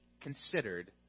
considered